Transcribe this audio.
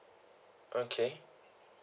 okay